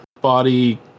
body